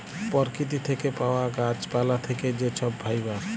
পরকিতি থ্যাকে পাউয়া গাহাচ পালা থ্যাকে যে ছব ফাইবার